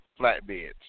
flatbeds